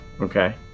Okay